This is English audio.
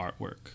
artwork